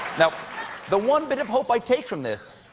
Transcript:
the one bit of hope i take from this,